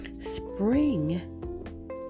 Spring